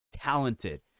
talented